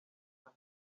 aha